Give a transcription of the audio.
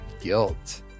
guilt